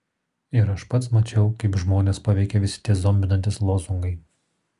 ir aš pats mačiau kaip žmones paveikia visi tie zombinantys lozungai